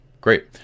Great